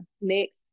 Next